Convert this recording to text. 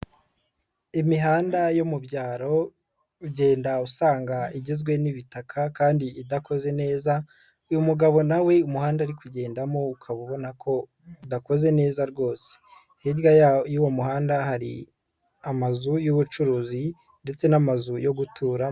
Imihanda yo mu byaro ugenda usanga igizwe n'ibitaka kandi idakoze neza, uyu mugabo na we umuhanda ari kugendamo ukaba ubona ko udakoze neza rwose, hirya y'uwo muhanda hari amazu y'ubucuruzi ndetse n'amazu yo guturamo.